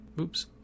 Oops